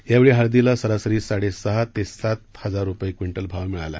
या वेळी हळदीला सरासरी साडे सहा ते सात हजार रुपये क्विंटल भाव मिळाला